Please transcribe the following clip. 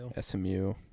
SMU